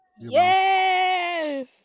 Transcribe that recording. Yes